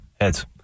Heads